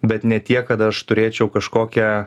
bet ne tiek kad aš turėčiau kažkokią